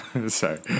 Sorry